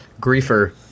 griefer